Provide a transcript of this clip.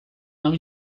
não